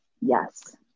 Yes